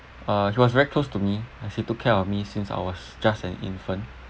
uh he was very close to me and he took care of me since I was just an infant